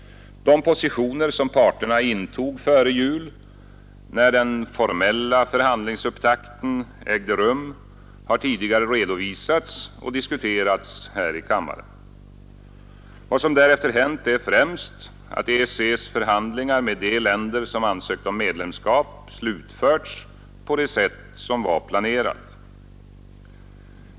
De positioner, som parterna intog före jul när den formella förhandlingsupptakten ägde rum, har tidigare redovisats och diskuterats här i kammaren. Vad som därefter hänt är främst, att EEC:s förhandlingar med de länder som ansökt om medlemskap slutförts på det sätt som var planerat.